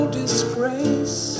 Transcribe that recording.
disgrace